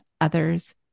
others